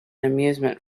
amusement